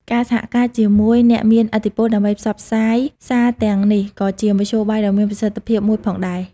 ការសហការជាមួយអ្នកមានឥទ្ធិពលដើម្បីផ្សព្វផ្សាយសារទាំងនេះក៏ជាមធ្យោបាយដ៏មានប្រសិទ្ធភាពមួយផងដែរ។